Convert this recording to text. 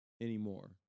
anymore